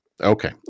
Okay